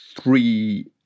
three